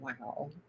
Wow